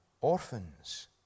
orphans